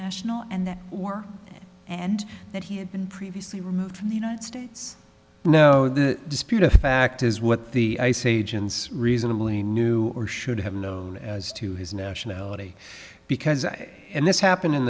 national and that war and that he had been previously removed from the united states no the disputed fact is what the ice agents reasonably knew or should have known as to his nationality because and this happened in